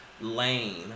lane